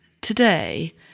today